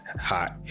hot